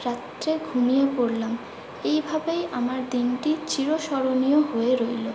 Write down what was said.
রাত্রে ঘুমিয়ে পড়লাম এইভাবেই আমার দিনটি চির স্মরণীয় হয়ে রইলো